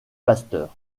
pasteur